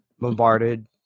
bombarded